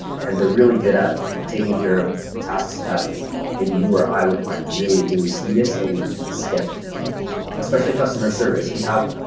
and they're really good at taking care of tasks that maybe you are i would find really, really tedious and we skip especially customer service we have